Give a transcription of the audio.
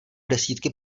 desítky